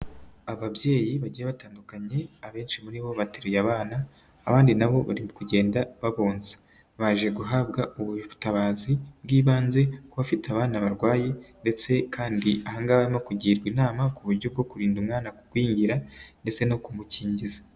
Ababyeyi bagiye batandukanye, abenshi muri bo bateruye abana abandi na bo bari kugenda babonsa. Baje guhabwa ubutabazi bw'ibanze ku bafite abana barwaye ndetse kandi ahangaha barimo no kugirwa inama kuburyo bwo kurinda umwana kugwingira ndetse no kumukingiza.